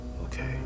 Okay